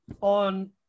on